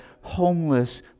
homeless